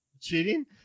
cheating